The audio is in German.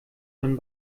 man